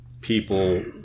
people